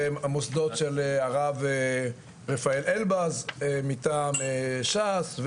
והמוסדות של הרב רפאל אלבז מטעם ש"ס,